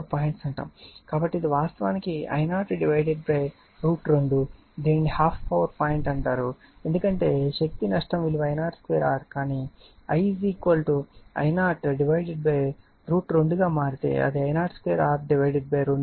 కాబట్టి ఇది వాస్తవానికి I0 √ 2 దీనిని హాఫ్ పవర్ పాయింట్ అంటారు ఎందుకంటే శక్తి నష్టం విలువ I02R కానీ I I0 √ 2 గా మారితే అది I02R 2 అవుతుంది